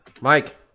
Mike